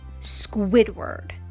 Squidward